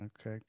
Okay